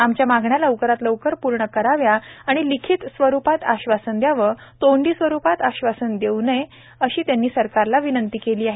आमच्या मागण्या लवकरात लवकर पूर्ण कराव्या आणि लिखित स्वरूपात आश्वासन दयावे तोंडी स्वरूपात आश्वासन देवू नये सरकारला अशीविनंती आहे